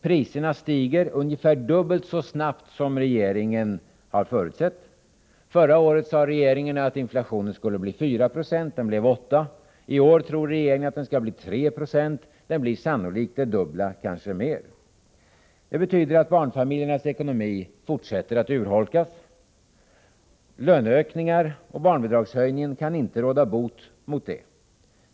Priserna stiger ungefär dubbelt så snabbt som regeringen har förutsett. Förra året sade regeringen att inflationen skulle bli 4 90 — den blev 8 20. I år tror regeringen att den skall bli 3 20 — det blir sannolikt den dubbla, kanske mer! Det betyder att barnfamiljernas ekonomi fortsätter att urholkas. Löneökningar och barnbidragshöjningen kan inte råda bot på det.